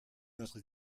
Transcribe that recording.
notre